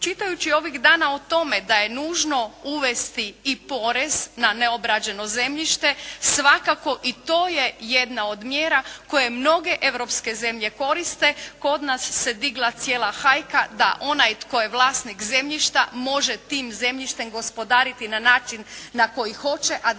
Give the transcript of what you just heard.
Čitajući ovih dana o tome da je nužno uvesti i porez na neobrađeno zemljište svakako i to je jedna od mjera koje mnoge europske zemlje koriste. Kod nas se digla cijela hajka da onaj tko je vlasnik zemljišta može tim zemljištem gospodariti na način na koji hoće a da